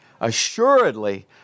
Assuredly